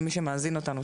למי שמאזין לנו,